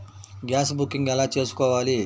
Gas booking ఎలా చేసుకోవాలి?